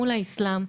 מול האסלאם,